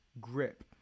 grip